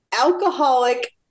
alcoholic